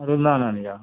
वृंदावनान या